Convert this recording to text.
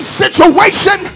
situation